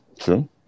true